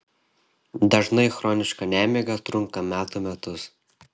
dažnai chroniška nemiga trunka metų metus